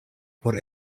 por